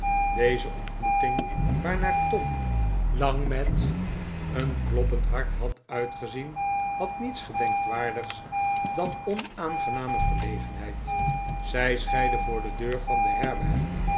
deze ontmoeting waarnaar tom lang met een kloppend hart had uitgezien had niets gedenkwaardigs dan onaangename verlegenheid zij scheidden voor de deur van de herberg